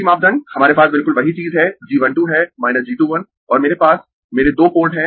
g मापदंड हमारे पास बिल्कुल वही चीज है g 1 2 है g 2 1 और मेरे पास मेरे दो पोर्ट है